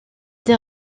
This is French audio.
des